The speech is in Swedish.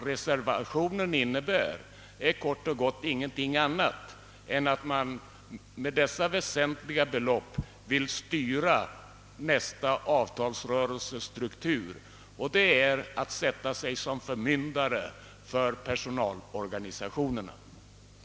Reservationen innebär kort och gott att man vill styra nästa avtalsrörelses struktur. Det är att sätta sig som förmyndare för personalorganisationerna. Som tiden nu var långt framskriden beslöt kammaren på förslag av herr talmannen att uppskjuta behandlingen av återstående på föredragningslistan upptagna ärenden till morgondagens sammanträde.